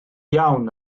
iawn